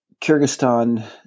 Kyrgyzstan